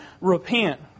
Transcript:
repent